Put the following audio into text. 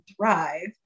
thrive